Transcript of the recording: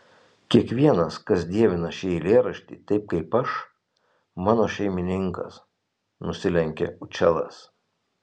kiekvienas kas dievina šį eilėraštį taip kaip aš mano šeimininkas nusilenkė učelas